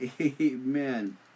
amen